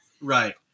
Right